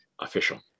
Official